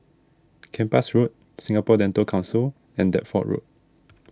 Kempas Road Singapore Dental Council and Deptford Road